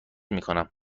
میکنم